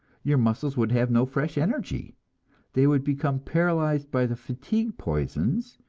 your muscles would have no fresh energy they would become paralyzed by the fatigue poisons,